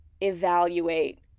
evaluate